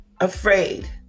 afraid